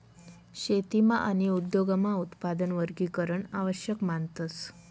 शेतीमा आणि उद्योगमा उत्पादन वर्गीकरण आवश्यक मानतस